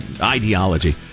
ideology